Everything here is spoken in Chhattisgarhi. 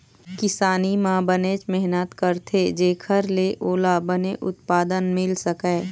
किसानी म बनेच मेहनत करथे जेखर ले ओला बने उत्पादन मिल सकय